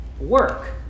work